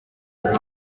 bimwe